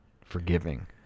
forgiving